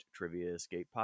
TriviaEscapePod